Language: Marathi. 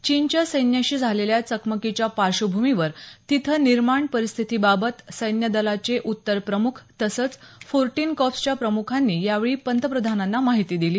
चीनच्या सैन्याशी झालेल्या चकमकीच्या पार्श्वभूमीवर तिथं निर्माण परिस्थितीबाबत सैन्य दलाचे उत्तर प्रमुख तसंच फोरटीन कॉर्प्सच्या प्रमुखांनी यावेळी पंतप्रधानांना माहिती दिली